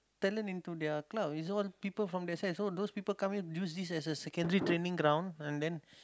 talent into their club is all people from that side so those people come in use this as a secondary training ground and then